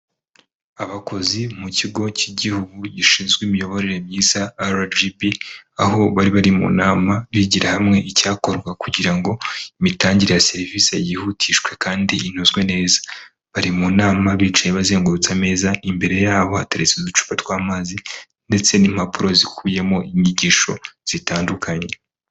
Abakozi mu kigo cy'igihugu gishinzwe imiyoborere myiza RGB, aho bari bari mu nama bigira hamwe icyakorwa kugira ngo imitangire ya serivisi yihutishwe kandi inozwe neza. bari mu nama, bicaye bazengurutse ameza, imbere yabo hateretse uducupa tw'amazi ndetse n'impapuro zikubiyemo inyigisho zitandukanye.